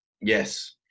Yes